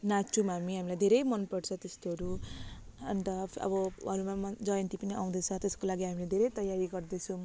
नाच्छौँ हामी हामीलाई धेरै मन पर्छ त्यस्तोहरू अन्त अब हनुमान जयन्ती पनि आउँदैछ त्यसको लागि हामीले धेरै तयारी गर्दैछौँ